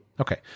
Okay